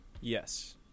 Yes